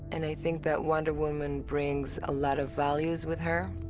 and i think that wonder woman brings a lot of values with her.